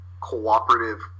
cooperative